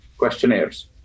questionnaires